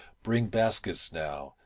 bring baskets now,